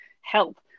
health